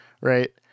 right